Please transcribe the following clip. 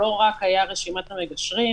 הוא היה לא רק רשימת המגשרים,